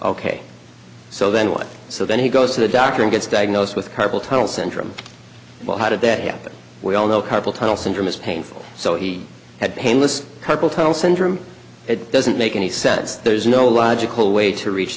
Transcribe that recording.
ok so then what so then he goes to the doctor and gets diagnosed with carpal tunnel syndrome well how did that happen we all know carpal tunnel syndrome is painful so he had painless carpal tunnel syndrome it doesn't make any sense there's no logical way to reach